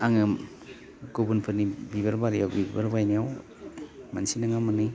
आङो गुबुनफोरनि बिबार बारियाव बिबार बायनायाव मोनसे नङा मोननै